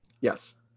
Yes